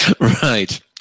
Right